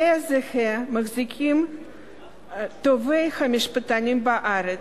בדעה זהה מחזיקים טובי המשפטנים בארץ,